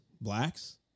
blacks